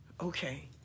okay